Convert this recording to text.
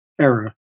era